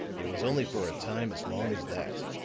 it was only for a time as long as that,